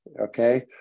okay